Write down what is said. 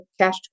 cash